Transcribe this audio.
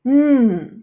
mm